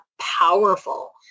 powerful